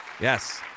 Yes